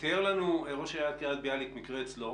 תיאר לנו ראש עיריית קריית ביאליק מקרה אצלו,